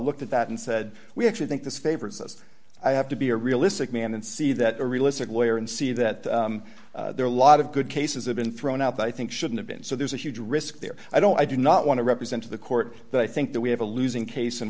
looked at that and said we actually think this favors us i have to be a realistic man and see that a realistic lawyer and see that there are a lot of good cases have been thrown out that i think shouldn't have been so there's a huge risk there i don't i do not want to represent to the court that i think that we have a losing